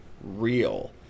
real